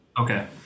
okay